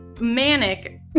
manic